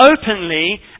openly